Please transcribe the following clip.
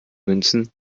münzen